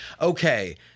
Okay